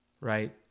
right